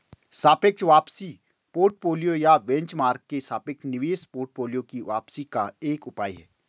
सापेक्ष वापसी पोर्टफोलियो या बेंचमार्क के सापेक्ष निवेश पोर्टफोलियो की वापसी का एक उपाय है